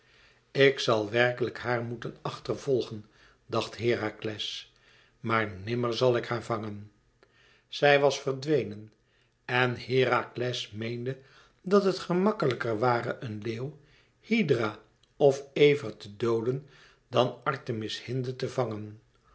ik zal werkelijk haar moeten achter volgen dacht herakles maar nimmer zal ik haar vangen zij was verdwenen en herakles meende dat het gemakkelijker ware een leeuw hydra of ever te dooden dan artemis hinde te vangen